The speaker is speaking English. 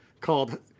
called